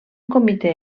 comité